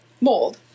mold